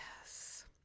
Yes